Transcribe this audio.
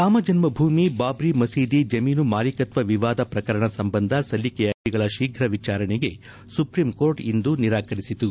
ರಾಮಜನ್ಮಭೂಮಿ ಬಾಬ್ರಿ ಮಸೀದಿ ಜಮೀನು ಮಾಲೀಕತ್ವ ವಿವಾದ ಪ್ರಕರಣ ಸಂಬಂಧ ಸಲ್ಲಿಕೆಯಾಗಿರುವ ಅರ್ಜಿಗಳ ಶೀಘ ವಿಚಾರಣೆಗೆ ಸುಪ್ರೀಂಕೋರ್ಟ್ ಇಂದು ನಿರಾಕರಿಸಿತು